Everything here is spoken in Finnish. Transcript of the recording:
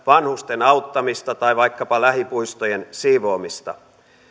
vanhusten auttamiseen ja vaikkapa lähipuistojen siivoamiseen